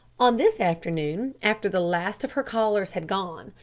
on this afternoon, after the last of her callers had gone,